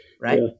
Right